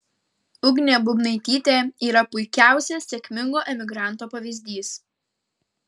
ugnė bubnaitytė yra puikiausias sėkmingo emigranto pavyzdys